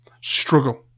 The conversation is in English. struggle